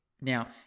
Now